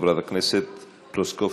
חברת הכנסת טלי פלוסקוב.